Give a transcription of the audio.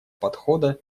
подхода